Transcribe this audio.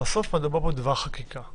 בסוף מדובר פה בדבר חקיקה.